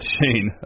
Shane